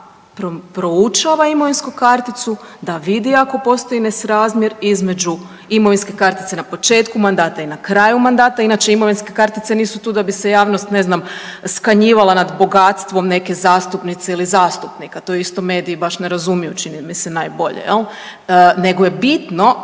da proučava imovinsku karticu, da vidi ako postoji nesrazmjer između imovinske kartice na početku mandata i nakraju mandata. Inače imovinske kartice nisu tu da bi se javnost ne znam, skanjivala nad bogatstvom neke zastupnice, ili zastupnika. To isto mediji baš ne razumiju čini mi se najbolje, jel. Nego je bitno,